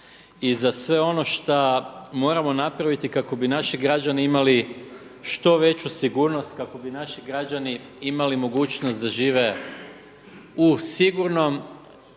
i za sve ono šta moramo napraviti kako bi naši građani imali što veću sigurnost, kako bi naši građani imali mogućnost da žive u sigurnom